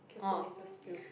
careful later spill